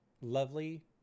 lovely